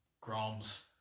Grom's